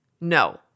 No